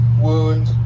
wound